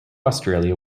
australia